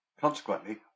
Consequently